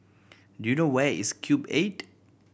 do you know where is Cube Eight